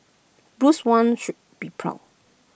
Bruce Wayne would be proud